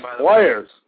players